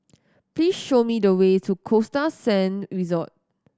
please show me the way to Costa Sand Resort